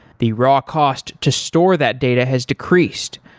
the raw cost to store that data has decreased.